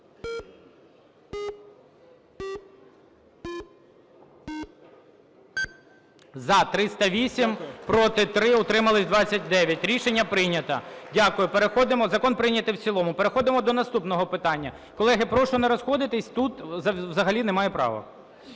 За-308 Проти – 3, утримались – 29. Рішення прийнято. Дякую. Переходимо… Закон прийнятий в цілому. Переходимо до наступного питання. Колеги, прошу не розходитися, тут взагалі немає правок.